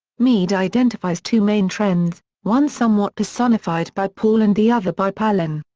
mead identifies two main trends, one somewhat personified by paul and the other by palin.